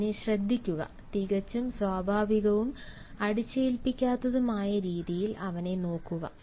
അവനെ ശ്രദ്ധിക്കുക തികച്ചും സ്വാഭാവികവും അടിച്ചേൽപ്പിക്കാത്തതുമായ രീതിയിൽ അവനെ നോക്കുക